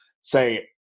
say